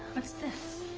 what's this?